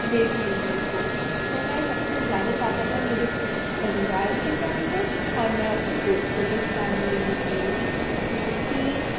देख लेंगे उनको तो मैं सब से ज़्यादा ताक़तवर मेरे परिवार के सामने और मैं अपने दोस्तों के सामने ही होती हूँ क्योंकि